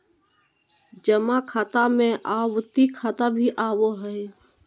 जमा खाता में आवर्ती खाता भी आबो हइ